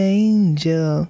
angel